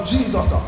Jesus